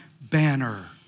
banner